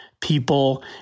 people